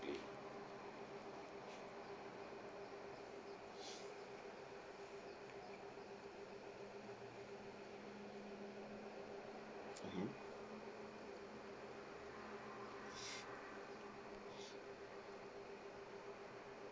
okay mmhmm